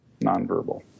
Nonverbal